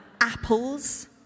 apples